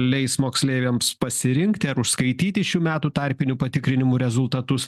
leis moksleiviams pasirinkti ar užskaityti šių metų tarpinių patikrinimų rezultatus